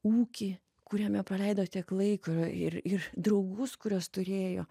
ūkį kuriame praleido tiek laiko ir ir draugus kuriuos turėjo